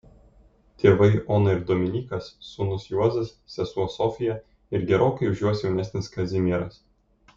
tėvai ona ir dominykas sūnus juozas sesuo sofija ir gerokai už juos jaunesnis kazimieras